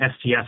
STS